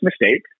mistake